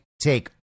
take